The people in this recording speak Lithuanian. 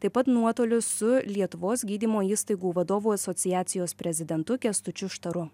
taip pat nuotoliu su lietuvos gydymo įstaigų vadovų asociacijos prezidentu kęstučiu štaru